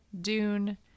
Dune